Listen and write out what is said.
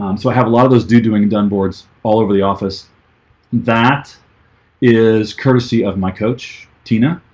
um so i have a lot of those do doing done boards all over the office that is courtesy of my coach tina.